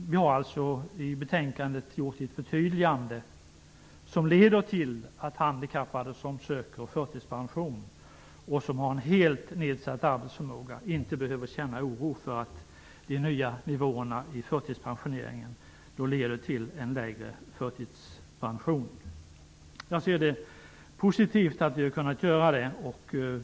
Vi har i betänkandet gjort ett förtydligande som leder till att handikappade som söker förtidspension och som har helt nedsatt arbetsförmåga inte behöver känna oro för att de nya nivåerna leder till en lägre pension. Jag anser det positivt att vi har kunnat göra det.